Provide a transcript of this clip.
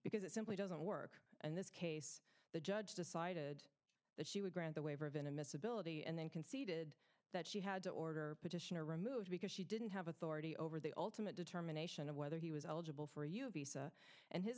because it simply doesn't work in this case the judge decided that she would grant the waiver even a miss ability and then conceded that she had to order petitioner removed because she didn't have authority over the ultimate determination of whether he was eligible for you visa and his